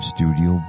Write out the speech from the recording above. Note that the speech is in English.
Studio